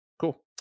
cool